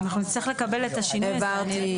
העברתי.